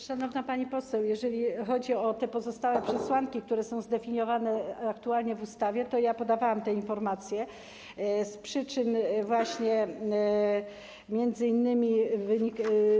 Szanowna pani poseł, jeżeli chodzi o te pozostałe przesłanki, które są zdefiniowane aktualnie w ustawie, to ja podawałam te informacje, że z przyczyn właśnie między innymi.